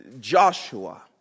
Joshua